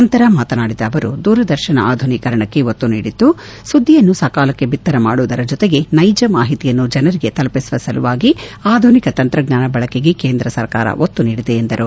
ನಂತರ ಮಾತನಾಡಿದ ಅವರು ದೂರದರ್ಶನ ಆಧುನೀಕರಣಕ್ಕೆ ಒತ್ತು ನೀಡಿದ್ದು ಸುದ್ದಿಯನ್ನು ಸಕಾಲಕ್ಷೆ ಬಿತ್ತರ ಮಾಡುವುದರ ಜೊತೆಗೆ ನೈಜ ಮಾಹಿತಿಯನ್ನು ಜನರಿಗೆ ತಲುಪಿಸುವ ಸಲುವಾಗಿ ಆಧುನಿಕ ತಂತ್ರಜ್ಞಾನ ಬಳಕೆಗೆ ಕೇಂದ್ರ ಸರ್ಕಾರ ಒತ್ತು ನೀಡಿದೆ ಎಂದರು